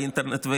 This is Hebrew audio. באינטרנט,